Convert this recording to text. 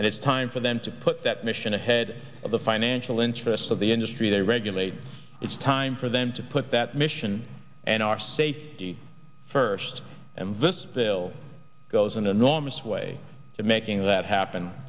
and it's time for them to put that mission ahead of the financial interests of the industry they regulate it's time for them to put that mission and our safety first and this bill goes an enormous way to making that happen